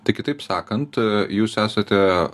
tai kitaip sakant jūs esate